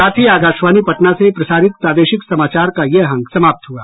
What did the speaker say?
इसके साथ ही आकाशवाणी पटना से प्रसारित प्रादेशिक समाचार का ये अंक समाप्त हुआ